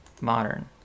modern